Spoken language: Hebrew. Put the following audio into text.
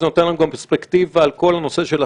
זה נותן לנו גם פרספקטיבה על כל הנושא של הסכסוך,